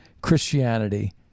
Christianity